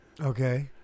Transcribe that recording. Okay